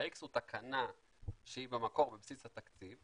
האיקס הוא תקנה שהיא במקור בבסיס התקציב,